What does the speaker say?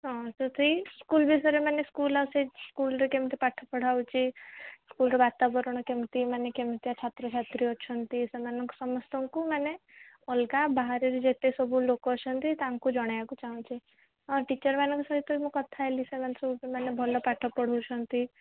ହଁ ସେଇ ସ୍କୁଲ୍ ବିଷୟରେ ମାନେ ସ୍କୁଲ୍ ଆସି ସ୍କୁଲ୍ରେ କେମିତି ପାଠ ପଢ଼ା ହେଉଛି ସ୍କୁଲ୍ର ବାତାବରଣ କେମିତି ମାନେ କେମିତିଆ ଛାତ୍ର ଛାତ୍ରୀ ଅଛନ୍ତି ସେମାନଙ୍କ ସମସ୍ତଙ୍କୁ ମାନେ ଅଲଗା ବାହାରେ ଯେତେ ସବୁ ଲୋକ ଅଛନ୍ତି ତାଙ୍କୁ ଜଣାଇବାକୁ ଚାହୁଁଛି ହଁ ଟିଚର୍ମାନଙ୍କ ସହିତ ମୁଁ କଥା ହେଲି ସେମାନେ ସବୁ ସେମାନେ ଭଲ ପାଠ ପଢ଼ାଉଛନ୍ତି